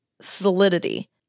solidity